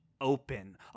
open